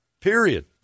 period